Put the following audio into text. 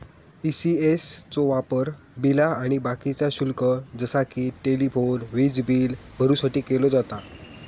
ECS चो वापर बिला आणि बाकीचा शुल्क जसा कि टेलिफोन, वीजबील भरुसाठी केलो जाता